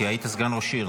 כי היית סגן ראש עיר,